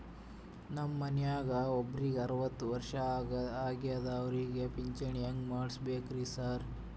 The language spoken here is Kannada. ನಮ್ ಮನ್ಯಾಗ ಒಬ್ರಿಗೆ ಅರವತ್ತ ವರ್ಷ ಆಗ್ಯಾದ ಅವ್ರಿಗೆ ಪಿಂಚಿಣಿ ಹೆಂಗ್ ಮಾಡ್ಸಬೇಕ್ರಿ ಸಾರ್?